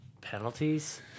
penalties